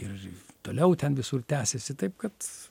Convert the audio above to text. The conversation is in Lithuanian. ir toliau ten visur tęsiasi taip kad